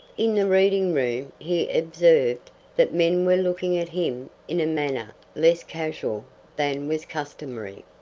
in the reading-room he observed that men were looking at him in a manner less casual than was customary.